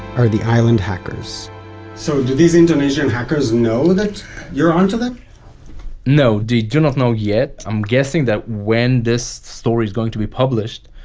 are the island hackers so do these indonesian hackers know that you're on to them? no! they do not know yet. i'm guessing that when this story is going to be published,